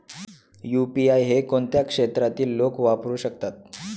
UPI हे कोणत्या क्षेत्रातील लोक वापरू शकतात?